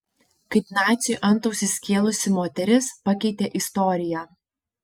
kaip naciui antausį skėlusi moteris pakeitė istoriją